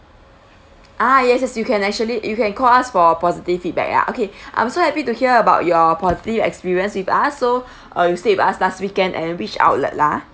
ah yes yes you can actually you can call us for positive feedback ah okay I'm so happy to hear about your positive experience with us so uh you stay with us last weekend and which outlet ah